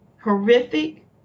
Horrific